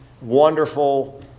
wonderful